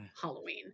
halloween